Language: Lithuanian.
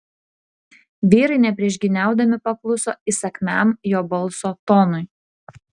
vyrai nepriešgyniaudami pakluso įsakmiam jo balso tonui